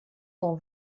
sont